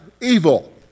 evil